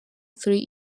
three